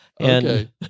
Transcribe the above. Okay